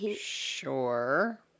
Sure